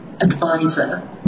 advisor